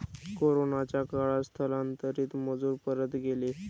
कोरोनाच्या काळात स्थलांतरित मजूर परत गेले